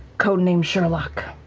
codename sherlock.